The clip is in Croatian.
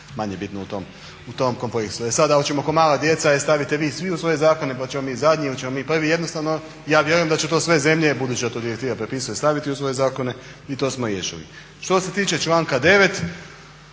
manje bitno u tom kontekstu. E sada hoćemo ko mala djeca e stavite vi svi u svoje zakone pa ćemo mi zadnji, hoćemo mi prvi. Jednostavno ja vjerujem da će to sve zemlje budući da to direktiva propisuje staviti u svoje zakone i to smo riješiti. Što se tiče članka 9.